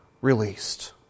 released